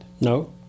No